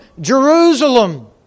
Jerusalem